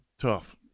Tough